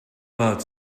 about